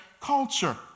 culture